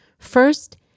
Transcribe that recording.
First